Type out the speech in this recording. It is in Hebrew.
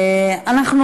חברי הכנסת,